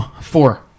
Four